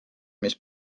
mis